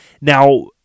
Now